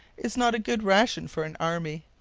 is not a good ration for an army.